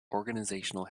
organizational